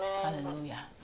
Hallelujah